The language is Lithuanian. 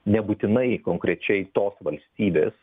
nebūtinai konkrečiai tos valstybės